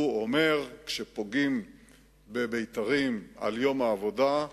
כשפגעו בבית"רים ביום העבודה,